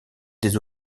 des